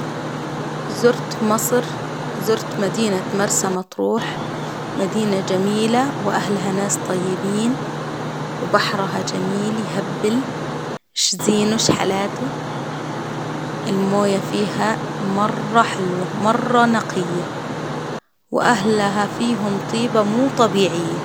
زرت مصر زرت مدينة مرسى مطروح، مدينة جميلة وأهلها ناس طيبين، وبحرها جميل يهبل، شزينه شحلاته، الموية فيها مرة حلوة مرة نقية، وأهلها طيبة مو طبيعية.